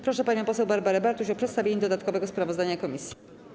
Proszę panią poseł Barbarę Bartuś o przedstawienie dodatkowego sprawozdania komisji.